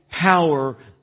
power